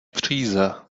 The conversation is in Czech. příze